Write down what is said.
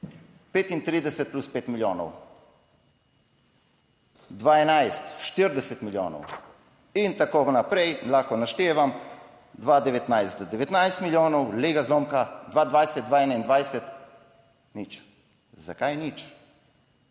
35 plus 5 milijonov, 2011, 40 milijonov in tako naprej, lahko naštevam, 2019, 19 milijonov, glej ga zlomka, 2020, 2021, nič. Zakaj nič?